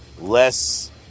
less